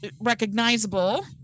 recognizable